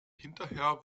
hinterher